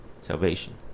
salvation